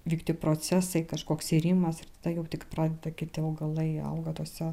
vykti procesai kažkoks irimas ir tada jau tik pradeda kiti augalai auga tose